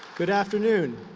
good afternoon.